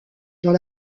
dans